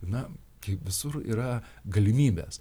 na kaip visur yra galimybės